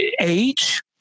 age